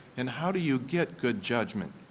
and how do you get good judgment?